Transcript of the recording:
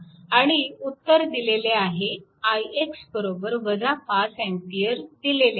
आणि उत्तर दिलेले आहे ix 5A दिलेले आहे